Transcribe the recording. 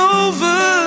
over